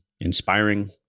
inspiring